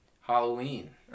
Halloween